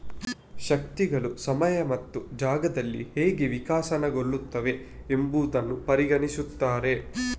ಶಕ್ತಿಗಳು ಸಮಯ ಮತ್ತು ಜಾಗದಲ್ಲಿ ಹೇಗೆ ವಿಕಸನಗೊಳ್ಳುತ್ತವೆ ಎಂಬುದನ್ನು ಪರಿಗಣಿಸುತ್ತಾರೆ